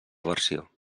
versió